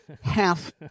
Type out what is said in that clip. half